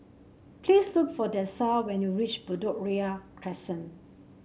please look for Dessa when you reach Bedok Ria Crescent